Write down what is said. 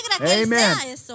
amen